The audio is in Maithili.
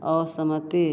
असहमति